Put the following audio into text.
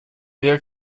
eher